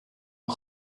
een